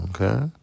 Okay